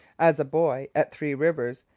as a boy at three rivers,